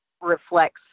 reflects